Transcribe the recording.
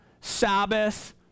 Sabbath